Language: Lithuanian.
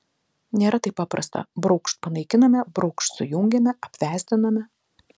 nėra taip paprasta braukšt panaikiname braukšt sujungiame apvesdiname